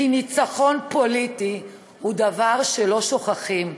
כי ניצחון פוליטי הוא דבר שלא שוכחים.